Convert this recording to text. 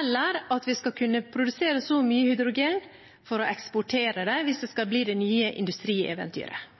eller at vi skal kunne produsere så mye hydrogen for å eksportere det, hvis det skal bli det nye industrieventyret.